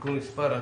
(תיקון מס'),